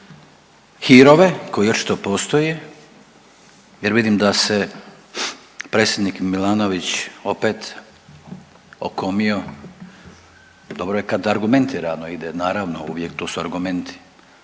hirove koji očito postoje jer vidim da se predsjednik Milanović opet okomio, dobro je kad argumentirano ide naravno uvijek to su argumenti,